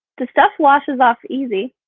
the stuff washes off easy.